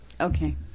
okay